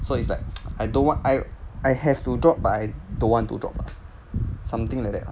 so it's like I don't want I I have to drop but I don't want to drop something like that